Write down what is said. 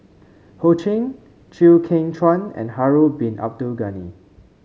Ho Ching Chew Kheng Chuan and Harun Bin Abdul Ghani